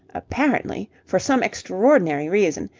apparently, for some extraordinary reason,